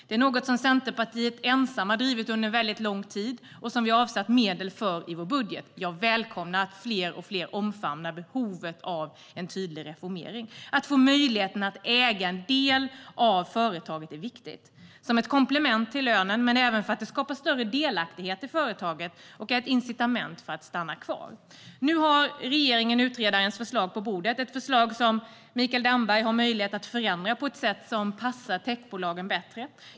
Det är något som Centerpartiet ensamt har drivit under lång tid och som vi avsatt medel för i vår budget. Jag välkomnar att allt fler omfamnar behovet av en tydlig reformering. Att få möjligheten att äga en del av företaget är viktigt som ett komplement till lönen, men det skapar även större delaktighet i företaget och är ett incitament för att stanna kvar. Nu har regeringen utredarens förslag på bordet. Det är ett förslag som Mikael Damberg har möjlighet att förändra på ett sätt som passar techbolagen bättre.